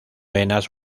venas